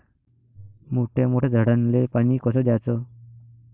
मोठ्या मोठ्या झाडांले पानी कस द्याचं?